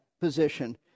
position